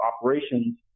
operations